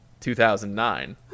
2009